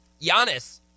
Giannis